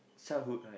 childhood right